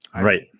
Right